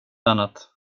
annat